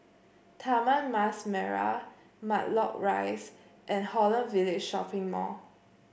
Taman Mas Merah Matlock Rise and Holland Village Shopping Mall